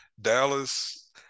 Dallas